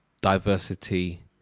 diversity